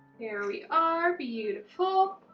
there we are, beautiful.